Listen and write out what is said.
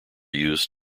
used